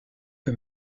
que